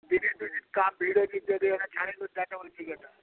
ଦିନେ ଦୁଇ ଦିନ୍ କାମ୍ ଭିଡ଼୍ ଅଛେ ଦୁଇ ଦିନ୍ ଛାଡ଼ିକରି ଯେ ଆଏତ ବେଲେ ଠିକ୍ ହେତା